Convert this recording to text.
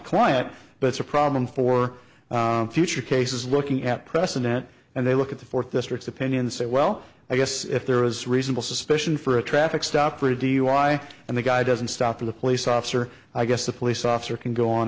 client but it's a problem for future cases looking at precedent and they look at the fourth district opinion say well i guess if there is reasonable suspicion for a traffic stop or a dui and the guy doesn't stop the police officer i guess the police officer can go on